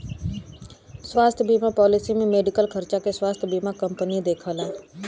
स्वास्थ्य बीमा पॉलिसी में मेडिकल खर्चा के स्वास्थ्य बीमा कंपनी देखला